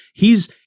hes